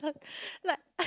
like I